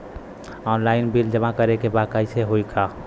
Online bill जमा करे के बा कईसे होगा?